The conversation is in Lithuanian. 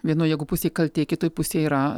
vienoj jeigu pusėj kaltė kitoj pusėj yra